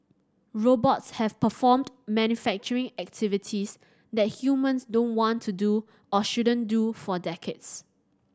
robots have performed manufacturing activities that humans don't want to do or shouldn't do for decades